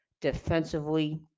defensively